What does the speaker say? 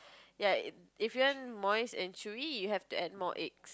ya if you want moist and chewy you have to add more egg